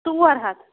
ژور ہَتھ